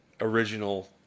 original